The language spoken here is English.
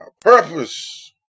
Purpose